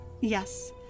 Yes